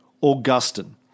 Augustine